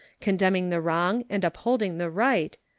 condemning the wrong and upholding the right,